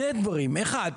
צוהריים טובים,